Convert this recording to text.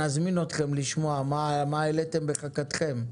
נזמין אתכם לשמוע מה העליתם בחכתכם.